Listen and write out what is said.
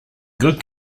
good